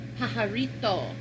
pajarito